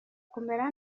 kumera